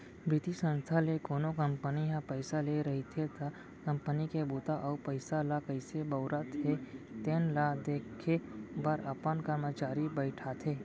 बित्तीय संस्था ले कोनो कंपनी ह पइसा ले रहिथे त कंपनी के बूता अउ पइसा ल कइसे बउरत हे तेन ल देखे बर अपन करमचारी बइठाथे